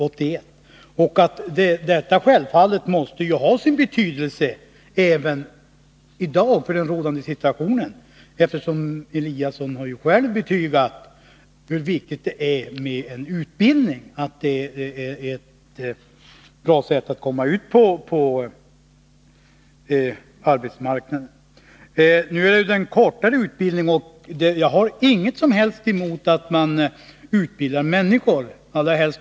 Detta måste självfallet ha sin betydelse även för situationen i dag. Ingemar Eliasson har ju själv betygat hur viktigt det är med en utbildning och sagt att en arbetsmarknadsutbildning är ett bra medel att komma ut på arbetsmarknaden. Nu är utbildningen kortare. Jag har absolut ingenting emot att man utbildar människor.